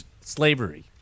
Slavery